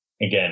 again